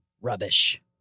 rubbish